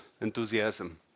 enthusiasm